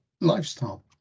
lifestyle